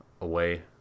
away